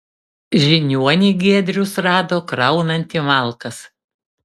žiniuonį giedrius rado kraunantį malkas